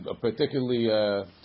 particularly